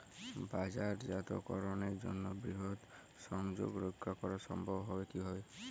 বাজারজাতকরণের জন্য বৃহৎ সংযোগ রক্ষা করা সম্ভব হবে কিভাবে?